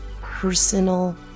personal